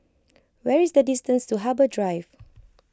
where is the distance to Harbour Drive